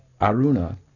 Aruna